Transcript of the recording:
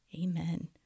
Amen